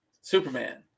Superman